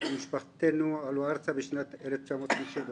משפחתנו עלתה ארצה בשנת 1951,